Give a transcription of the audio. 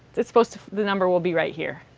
it's supposed the number will be right here.